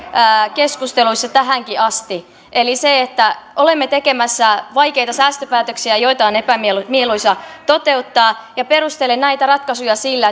keskusteluissa tähänkin asti eli olemme tekemässä vaikeita säästöpäätöksiä joita on epämieluisa toteuttaa ja perustelen näitä ratkaisuja sillä